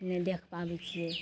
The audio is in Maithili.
नहि देखि पाबै छिए